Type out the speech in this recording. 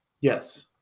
Yes